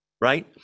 right